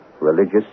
religious